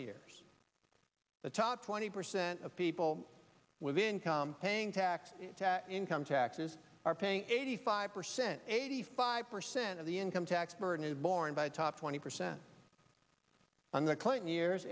years the top twenty percent of people with income paying tax income taxes are paying eighty five percent eighty five percent of the income tax burden borne by the top twenty percent on the clinton years